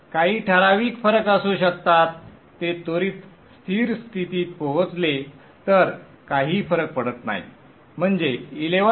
काही किरकोळ फरक असू शकतात ते त्वरीत स्थिर स्थितीत पोहोचले तर काही फरक पडत नाही म्हणजे 11